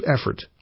effort